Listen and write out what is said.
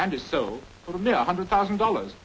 and its so hundred thousand dollars